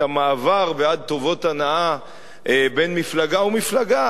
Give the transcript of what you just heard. המעבר בעד טובות הנאה בין מפלגה למפלגה,